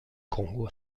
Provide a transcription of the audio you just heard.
kongo